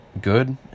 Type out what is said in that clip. good